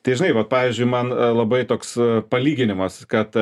tai žinai vat pavyzdžiui man labai toks palyginimas kad